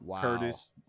Curtis